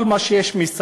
ויש את כל מה שיש מסביב,